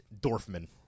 Dorfman